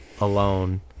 alone